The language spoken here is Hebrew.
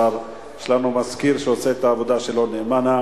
יש לנו מזכיר שעושה את העבודה שלו נאמנה,